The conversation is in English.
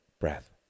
breath